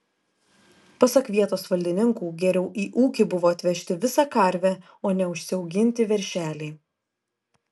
pasak vietos valdininkų geriau į ūkį buvo atvežti visą karvę o ne užsiauginti veršelį